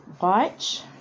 watch